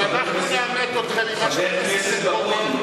אם אנחנו נעמת אתכם עם מה שעשיתם קודם,